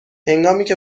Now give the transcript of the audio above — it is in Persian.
هنگامیکه